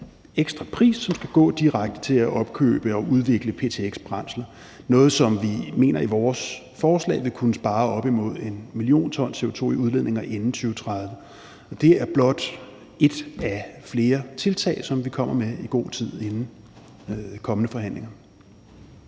ekstra pris, som skal gå direkte til at opkøbe og udvikle ptx-brændsler – noget, som vi i vores forslag mener vil kunne spare op imod 1 mio. t CO2 i udledninger inden 2030. Det er blot et af flere tiltag, som vi kommer med i god tid inden kommende forhandlinger.